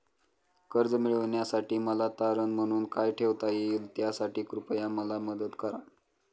कर्ज मिळविण्यासाठी मला तारण म्हणून काय ठेवता येईल त्यासाठी कृपया मला मदत करा